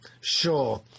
sure